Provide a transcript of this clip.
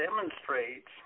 demonstrates